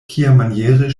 kiamaniere